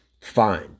Fine